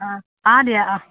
অঁ দিয়া অঁ